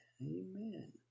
Amen